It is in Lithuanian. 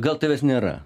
gal tavęs nėra